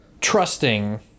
trusting